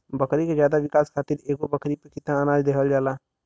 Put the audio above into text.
बकरी के ज्यादा विकास खातिर एगो बकरी पे कितना अनाज देहल जाला?